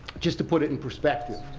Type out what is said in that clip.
just to put it in perspective,